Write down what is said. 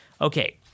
Okay